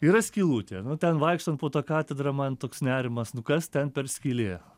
yra skylutė nu ten vaikštant po tą katedrą man toks nerimas nu kas ten per skylė